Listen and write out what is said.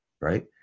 right